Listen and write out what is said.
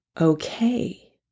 okay